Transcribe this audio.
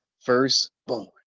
firstborn